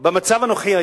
במצב הנוכחי,